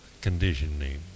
conditioning